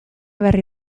berri